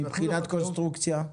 מבחינת קונסטרוקציה?